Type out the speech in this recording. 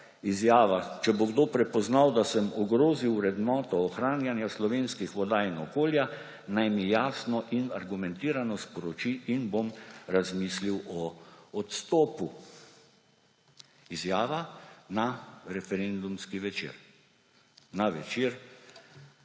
izjava: »Če bo kdo prepoznal, da sem ogrozil vrednoto ohranjanja slovenskih voda in okolja, naj mi jasno in argumentirano sporoči in bom razmislil o odstopu.« Izjava na referendumski večer; na večer,